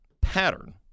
pattern